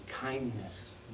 kindness